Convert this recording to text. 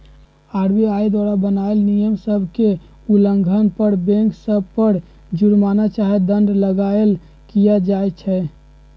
RBI द्वारा बनाएल नियम सभ के उल्लंघन पर बैंक सभ पर जुरमना चाहे दंड लगाएल किया जाइ छइ